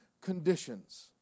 conditions